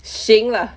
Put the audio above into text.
行 ah